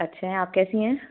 अच्छे हैं आप कैसी हैं